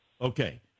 Okay